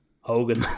Hogan